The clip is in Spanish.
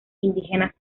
indígenas